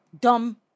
dumb